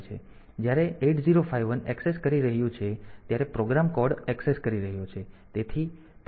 જ્યારે 8051 એક્સેસ કરી રહ્યું છે ત્યારે પ્રોગ્રામ કોડ એક્સેસ કરી રહ્યો છે